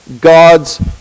God's